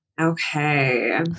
Okay